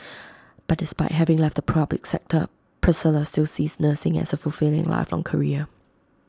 but despite having left the public sector Priscilla still sees nursing as A fulfilling and lifelong career